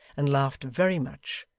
and laughed very much,